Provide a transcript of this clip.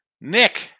Nick